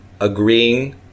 agreeing